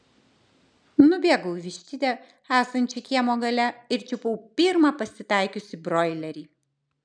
nubėgau į vištidę esančią kiemo gale ir čiupau pirmą pasitaikiusį broilerį